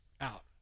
out